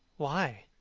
why?